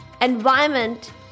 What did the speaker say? environment